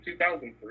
2003